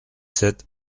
sept